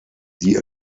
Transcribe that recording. die